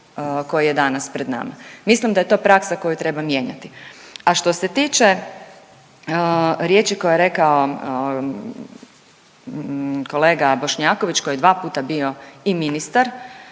koji je danas pred nama. Mislim da je to praksa koju treba mijenjati. A što se tiče riječi koje je rekao kolega Bošnjaković koji je dva puta bio i ministar